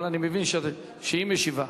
אבל אני מבין שהיא משיבה.